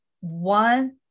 one